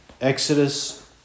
Exodus